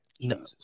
No